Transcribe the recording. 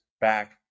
back